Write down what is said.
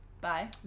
Bye